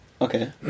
Okay